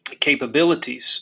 capabilities